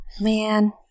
Man